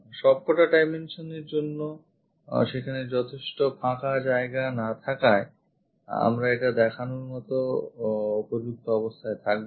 সব কটা dimensions এর জন্য সেখানে যথেষ্ট ফাঁকা জায়গা না থাকায় আমরা এটা দেখানোর মতো উপযুক্ত অবস্থায় থাকবো না